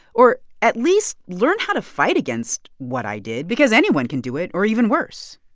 or at least learn how to fight against what i did, because anyone can do it or even worse